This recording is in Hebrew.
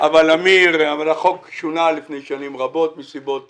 אבל החוק שונה לפני שנים רבות מסיבות